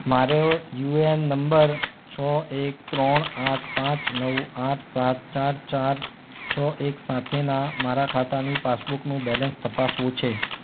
મારે વ UAN number છ એક ત્રણ આઠ પાંચ નવ આઠ સાત ચાર ચાર છ એક સાથેના મારા ખાતાની પાસબૂકનું બેલેન્સ તપાસવું છે